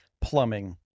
plumbing